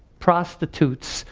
prostitutes,